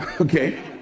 Okay